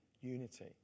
Unity